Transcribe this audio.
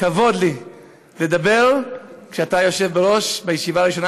כבוד לי לדבר כשאתה יושב בראש בישיבה הראשונה